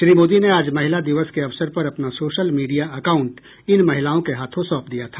श्री मोदी ने आज महिला दिवस के अवसर पर अपना सोशल मीडिया अकाउंट इन महिलाओं के हाथों सौंप दिया था